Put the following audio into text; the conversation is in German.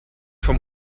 vom